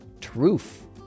Truth